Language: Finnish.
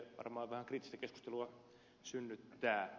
en sitä yhtään ihmettelekään